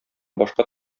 башка